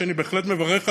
שאני בהחלט מברך עליה,